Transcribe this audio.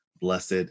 blessed